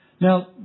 Now